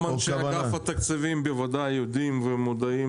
גם אנשי אגף התקציבים בוודאי יודעים ומודעים